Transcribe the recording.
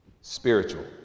spiritual